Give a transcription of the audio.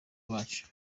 bacu